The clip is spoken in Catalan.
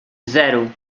zero